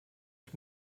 ich